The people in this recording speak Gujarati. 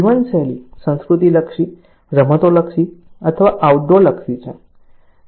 જીવનશૈલી સંસ્કૃતિ લક્ષી રમતો લક્ષી અથવા આઉટડોર લક્ષી છે